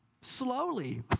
slowly